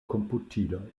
komputiloj